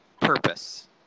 purpose